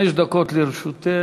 חמש דקות לרשותך.